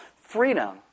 freedom